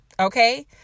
okay